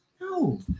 No